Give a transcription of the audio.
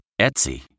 Etsy